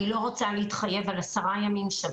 אני לא רוצה להתחייב על 10 ימים, שבוע.